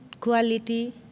quality